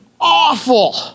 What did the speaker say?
awful